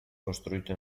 costruito